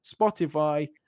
Spotify